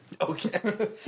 Okay